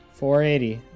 480